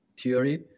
theory